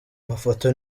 mafoto